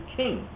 king